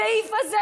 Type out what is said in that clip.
הסעיף הזה,